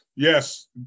Yes